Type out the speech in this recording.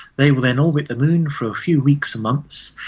they will then orbit the moon for a few weeks or months,